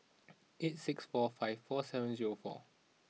eight six four five four seven zero four